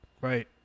Right